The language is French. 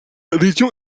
région